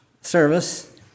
service